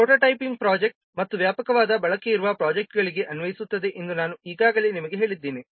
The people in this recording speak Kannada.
ಇದು ಪ್ರೋಟೋಟೈಪಿಂಗ್ ಪ್ರೊಜೆಕ್ಟ್ಗಳು ಮತ್ತು ವ್ಯಾಪಕವಾದ ಬಳಕೆ ಇರುವ ಪ್ರೊಜೆಕ್ಟ್ಗಳಿಗೆ ಅನ್ವಯಿಸುತ್ತದೆ ಎಂದು ನಾನು ಈಗಾಗಲೇ ನಿಮಗೆ ಹೇಳಿದ್ದೇನೆ